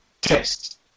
test